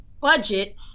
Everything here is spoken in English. budget